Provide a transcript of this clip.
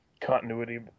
continuity